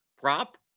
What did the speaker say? prop